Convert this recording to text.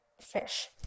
fish